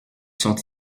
sont